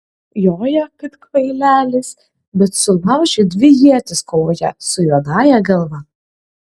joja kaip kvailelis bet sulaužė dvi ietis kovoje su juodąja galva